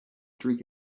drink